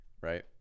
right